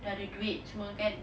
dah ada duit tu semua kan